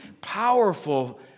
powerful